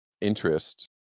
interest